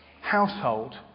Household